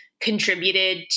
contributed